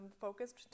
focused